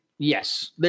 Yes